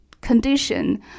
condition